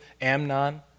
Amnon